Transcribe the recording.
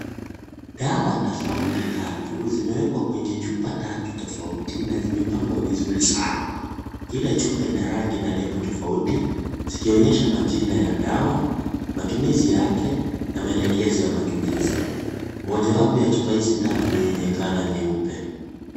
Dawa tofauti tatu zimewekwa kwenye chupa tofauti na zimepangwa vizuri sana kila chupa ina rangi na lebo tofauti zikionyesha majina ya dawa, matumizi yake, na maelekezo ya matumizi mojawapo ya chupa hizi tatu ni yenye colour nyeupe.